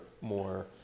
more